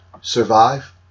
Survive